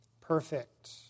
perfect